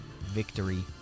victory